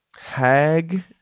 Hag